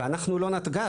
ואנחנו לא נתג״ז.